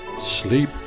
Sleep